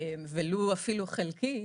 ולו אפילו חלקית,